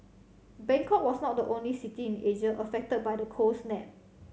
Bangkok was not the only city in Asia affected by the cold snap